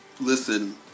Listen